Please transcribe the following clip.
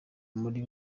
muri